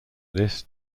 this